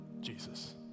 Jesus